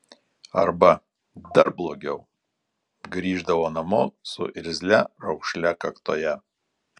arba dar blogiau grįždavo namo su irzlia raukšle kaktoje